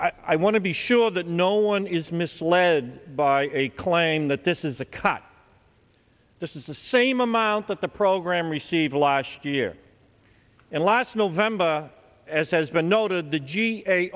i want to be sure that no one is misled by a claim that this is a cut this is the same amount that the program received last year and last november as has been noted the ga a